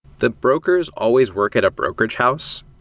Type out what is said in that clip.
the brokers always work at a brokerage house,